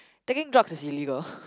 taking drugs is illegal